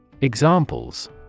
Examples